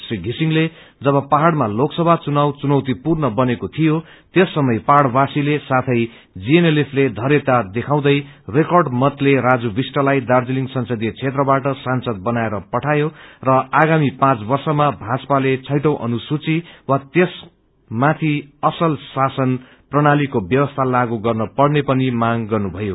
री घिसिङले जब पहाड़मा लोकसभा चुनाव चुनौती पूर्ण बनेको थियो त्यस समय पहाड़वासीले साथै जीएनएलएफले धैर्यता देखाउँदै रेकर्ड मतले राजू विष्टलाई दार्जीलिङ संसदीय क्षेत्रबाट सांसद बनाएर पठायो र आगामी पाँच वर्षमा भाजपाले छैंटौ असुसूची वा त्यसमाथि असल शासन प्रणालीको व्यवस्था लागू गर्न पेर्न पनि मांग गर्नुभयो